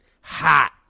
hot